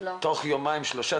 תוך יומיים-שלושה,